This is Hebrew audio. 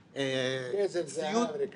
--- נזם זהב, רקמה.